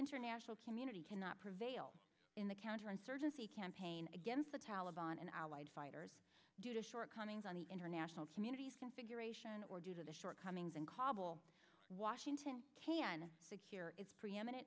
international community cannot prevail in the counterinsurgency campaign against the taliban and allied fighters due to shortcomings on the international community's configuration or due to the shortcomings in kabul washington can secure its preeminen